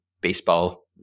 baseball